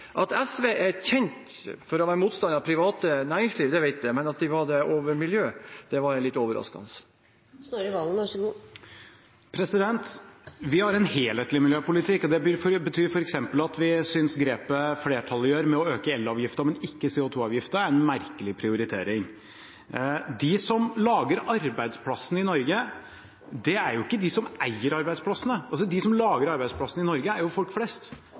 At SV er kjent for å være motstandere av privat næringsliv, vet jeg, men at de også er det av miljøet, var litt overraskende. Vi har en helhetlig miljøpolitikk, og det betyr f.eks. at vi synes det grepet flertallet gjør med å øke elavgiften, men ikke CO2-avgiften, er en merkelig prioritering. De som lager arbeidsplassene i Norge, er ikke de som eier arbeidsplassene. De som lager arbeidsplassene i Norge, er jo folk flest.